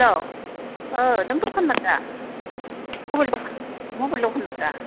हेल' औ नों दखानदार दा मबाइल दखान मबाइल दखानदार दा